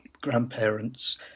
grandparents